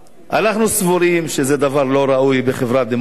אנחנו סבורים שזה לא דבר ראוי בחברה דמוקרטית.